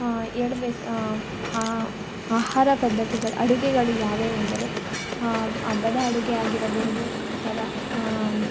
ಹೇಳ್ಬೇಕ ಆಹಾರ ಪದ್ಧತಿಗಳು ಅಡುಗೆಗಳು ಯಾವ್ಯಾವ ಅಂದರೆ ಹಬ್ಬದ ಅಡುಗೆ ಆಗಿರಬಹುದು ಅಥವಾ